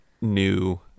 new